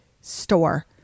store